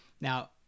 Now